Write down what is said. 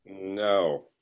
No